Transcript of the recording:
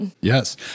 Yes